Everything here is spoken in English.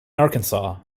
arkansas